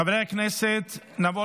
חברי הכנסת, נעבור